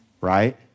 Right